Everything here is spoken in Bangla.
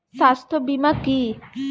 স্বাস্থ্য বীমা কি?